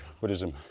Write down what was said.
Buddhism